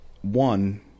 one